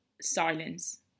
silence